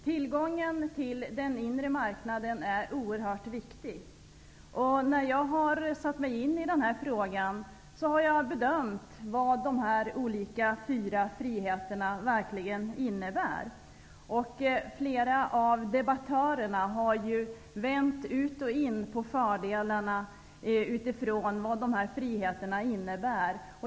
Tillgången till den inre marknaden är oerhört viktig. När jag har satt mig in i frågan har jag bedömt vad de olika fyra friheterna verkligen innebär. Flera av debattörerna har ju vänt ut och in på fördelarna utifrån vad friheterna innebär.